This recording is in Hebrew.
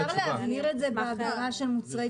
אפשר להבהיר את זה בהגדרה של מוצרים,